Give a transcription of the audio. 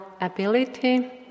ability